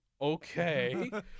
okay